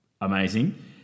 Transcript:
Amazing